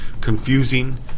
confusing